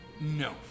No